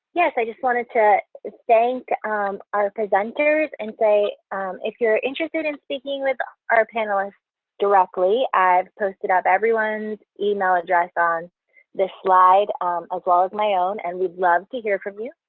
yes. i just wanted to thank our presenters and say if you're interested in speaking with our panelists directly, i've posted up everyone's email address on this slide as well as my own. and we'd love to hear from you.